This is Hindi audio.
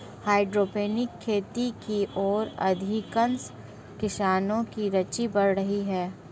हाइड्रोपोनिक खेती की ओर अधिकांश किसानों की रूचि बढ़ रही है